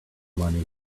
money